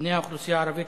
בני האוכלוסייה הערבית,